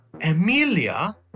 Amelia